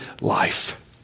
life